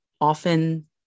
often